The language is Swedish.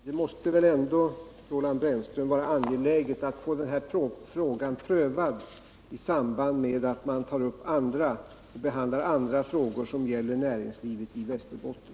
Herr talman! Det måste väl ändå, Roland Brännström, vara angeläget att få denna fråga prövad i samband med att man behandlar andra frågor som gäller näringslivet i Västerbotten.